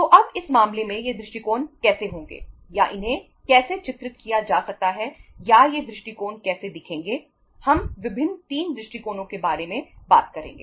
तो अब इस मामले में ये दृष्टिकोण कैसे होंगे या इन्हें कैसे चित्रित किया जा सकता है या ये दृष्टिकोण कैसे दिखेंगे हम विभिन्न 3 दृष्टिकोणों के बारे में बात करेंगे